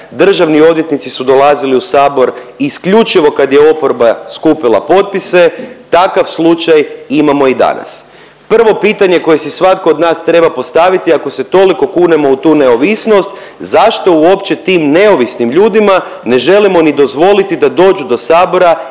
državni odvjetnici su dolazili u sabor isključivo kad je oporba skupila potpise, takav slučaj imamo i danas. Prvo pitanje koje si svatko od nas treba postaviti, ako se toliko kunemo u tu neovisnost zašto uopće tim neovisnim ljudima ne želimo ni dozvoliti da dođu do sabora